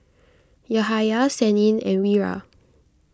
Yahaya Senin and Wira